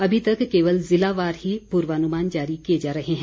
अभी तक केवल ज़िलावार ही पुर्वानुमान जारी किए जा रहे हैं